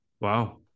Wow